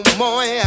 more